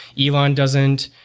elon doesn't.